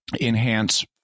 enhance